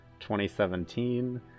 2017